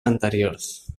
anteriors